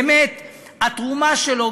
באמת התרומה שלו,